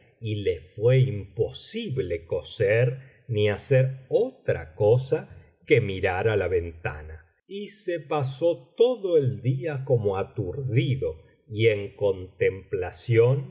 y le fué imposible coser ni hacer otra cosa que mirar á biblioteca valenciana generalitat valenciana las mil noches y una noche la ventana y se pasó todo el día como aturdido y en contemplación